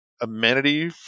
amenity